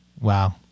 Wow